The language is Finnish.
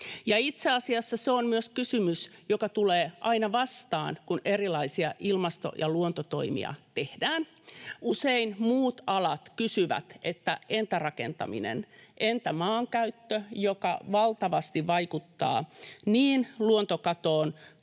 itse asiassa se on myös kysymys, joka tulee aina vastaan, kun erilaisia ilmasto- ja luontotoimia tehdään. Usein muut alat kysyvät, että entä rakentaminen, entä maankäyttö, joka valtavasti vaikuttaa niin luontokatoon